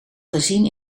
gezien